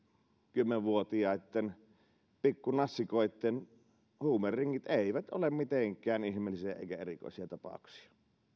kymmenen vuotiaitten pikkunassikoitten huumeringit eivät ole mitenkään ihmeellisiä eivätkä erikoisia tapauksia